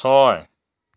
ছয়